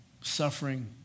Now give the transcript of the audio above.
suffering